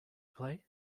play